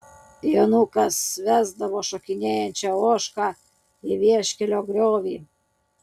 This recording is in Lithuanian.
jonukas vesdavo šokinėjančią ožką į vieškelio griovį